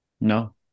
No